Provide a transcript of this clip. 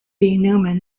neumann